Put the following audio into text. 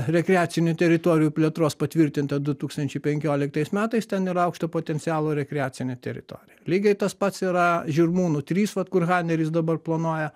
rekreacinių teritorijų plėtros patvirtintą du tūkstančiai penkioliktais metais ten yra aukšto potencialo rekreacinė teritorija lygiai tas pats yra žirmūnų trys vat kur haneris dabar planuoja